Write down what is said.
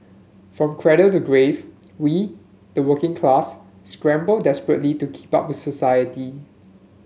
from cradle to grave we the working class scramble desperately to keep up with society